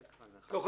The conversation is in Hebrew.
"2.